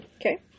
Okay